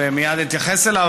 ומייד אתייחס אליו,